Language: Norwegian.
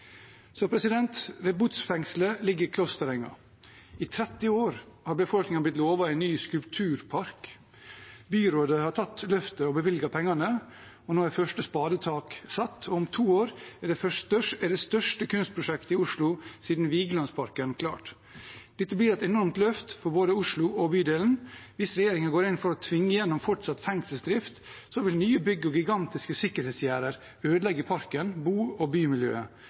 Ved Botsfengselet ligger Klosterenga. I 30 år har befolkningen blitt lovet en ny skulpturpark. Byrådet har tatt løftet og bevilget pengene, og nå er første spadetak satt. Om to år er det største kunstprosjektet i Oslo siden Vigelandsparken klart. Dette blir et enormt løft for både Oslo og bydelen. Hvis regjeringen går inn for å tvinge igjennom fortsatt fengselsdrift, vil nye bygg og gigantiske sikkerhetsgjerder ødelegge parken, bo- og bymiljøet.